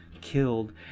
killed